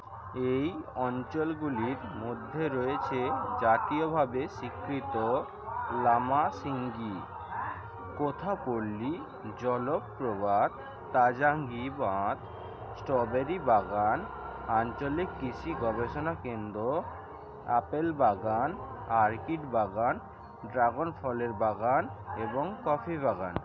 এই অঞ্চলগুলির মধ্যে রয়েছে জাতীয়ভাবে স্বীকৃত লামাসিঙ্গি কোথাপল্লী জলপ্রবাহ তাজাঙ্গি বাঁধ স্ট্রবেরি বাগান আঞ্চলিক কৃষি গবেষণা কেন্দ্র আপেল বাগান অর্কিড বাগান ড্রাগন ফলের বাগান এবং কফি বাগান